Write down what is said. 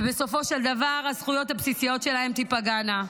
ובסופו של דבר הזכויות הבסיסיות שלהן תיפגענה.